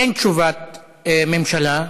אין תשובת ממשלה.